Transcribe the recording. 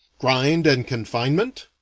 grind and confinement?